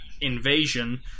invasion